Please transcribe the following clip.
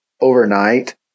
overnight